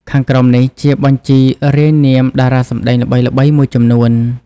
ខាងក្រោមនេះជាបញ្ជីរាយនាមតារាសម្ដែងល្បីៗមួយចំនួន។